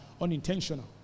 unintentional